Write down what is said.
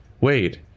wait